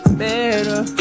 better